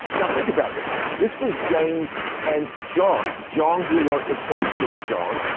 now, think about this. this was james and john, john who wrote the gospel of john,